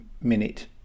minute